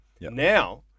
now